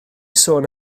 sôn